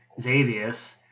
xavius